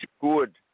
good